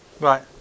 right